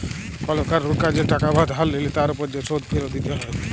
call কারুর কাজে টাকা ধার লিলে তার উপর যে শোধ ফিরত দিতে হ্যয়